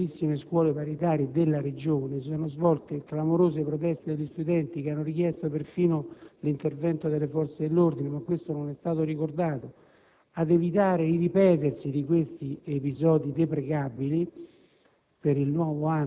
davanti a numerosissime scuole paritarie della Regione, si sono svolte clamorose proteste degli studenti, che hanno richiesto perfino l'intervento delle forze dell'ordine (questo aspetto non è stato ricordato). Al fine di evitare il ripetersi per il nuovo anno di questi episodi deprecabili,